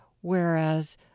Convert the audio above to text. whereas